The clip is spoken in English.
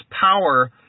power